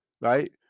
right